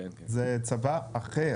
זה צבא אחר,